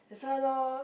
that's why lor